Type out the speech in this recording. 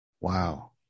Wow